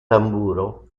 tamburo